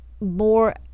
more